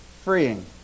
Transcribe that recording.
freeing